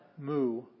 Mu